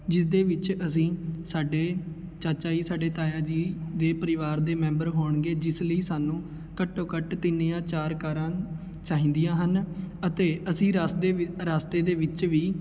ਜਿਸਦੇ ਵਿੱਚ ਅਸੀਂ ਸਾਡੇ ਚਾਚਾ ਜੀ ਸਾਡੇ ਤਾਇਆ ਜੀ ਦੇ ਪਰਿਵਾਰ ਦੇ ਮੈਂਬਰ ਹੋਣਗੇ ਜਿਸ ਲਈ ਸਾਨੂੰ ਘੱਟੋ ਘੱਟ ਤਿੰਨ ਜਾਂ ਚਾਰ ਕਾਰਾਂ ਚਾਹੀਦੀਆਂ ਹਨ ਅਤੇ ਅਸੀਂ ਰਸ ਦੇ ਰਸਤੇ ਦੇ ਵਿੱਚ ਵੀ